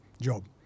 job